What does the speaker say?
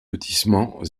lotissement